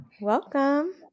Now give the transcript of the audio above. Welcome